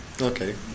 Okay